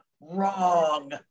Wrong